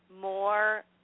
more